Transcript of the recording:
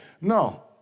No